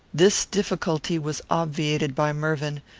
this difficulty was obviated by mervyn,